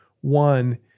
one